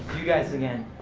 you guys again.